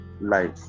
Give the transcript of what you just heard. life